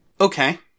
Okay